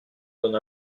donne